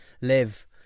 live